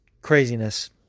craziness